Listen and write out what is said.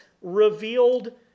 revealed